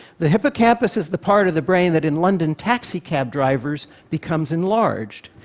the hippocampus is the part of the brain that in london taxicab drivers becomes enlarged.